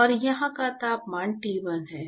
और यहाँ का तापमान T1 है